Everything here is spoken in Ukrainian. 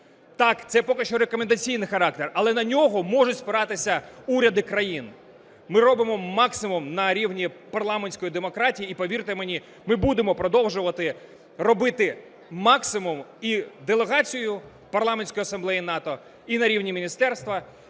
Так, це поки що рекомендаційний характер, але на нього можуть спиратися уряди країн. Ми робимо максимум на рівні парламентської демократії і, повірте мені, ми будемо продовжувати робити максимум і делегацією Парламентської асамблеї НАТО, і на рівні міністерства,